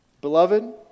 Beloved